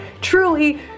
Truly